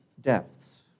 depths